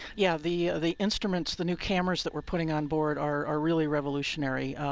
yeah. the the instruments the new cameras that we're putting on board are really revolutionary.